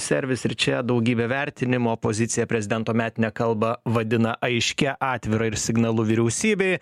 servis ir čia daugybė vertinimų opozicija prezidento metinę kalbą vadina aiškia atvira ir signalu vyriausybei